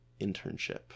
internship